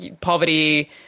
poverty